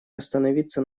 остановиться